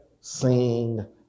Sing